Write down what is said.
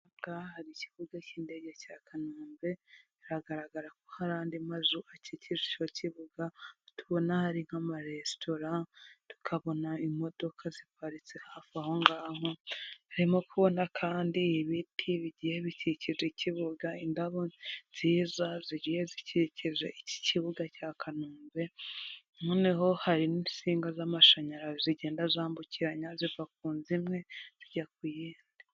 Aha ngaha hari ikibuga cy'indege cya Kanombe, hagaragara ko hari andi mazu akikije icyo kibuga. Tubona hari nk'amaresitora, tukabona imodoka ziparitse hafi aho ngaho. Harimo kubona kandi ibiti bigiye bikikire ikibuga, indabo nziza zigiye zikikije iki kibuga cya Kanombe. nyineho hari n'insinga z'amashanyarazi zigenda zambukiranya ziva kunzu imwe zijya ku yindi.